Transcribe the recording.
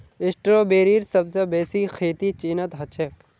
स्ट्रॉबेरीर सबस बेसी खेती चीनत ह छेक